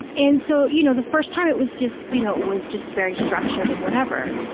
and so, you know, the first time it was just, you know, it was just very structured and whatever.